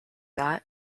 that